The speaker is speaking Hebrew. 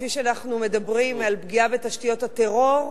כפי שאנחנו מדברים על פגיעה בתשתיות הטרור,